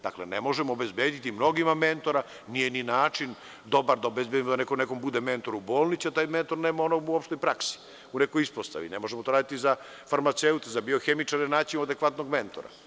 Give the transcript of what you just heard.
Dakle, ne možemo obezbediti mnogima mentora, nije ni način dobar da obezbedimo da neko nekom bude mentor u bolnici, a taj mentor nema onog opštoj u praksi, u nekoj ispostavi, ne možemo to raditi za farmaceuta, za biohemičara naći adekvatnog mentora.